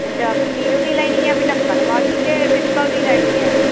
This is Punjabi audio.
ਅੱਛਾ ਸਟੀਲ ਦੀ ਲੈਣੀ ਹੈ ਬਈ ਢੱਕਣ ਵਾਲੀ ਕਿ ਪਿੱਤਲ ਦੀ ਲੈਣੀ ਹੈ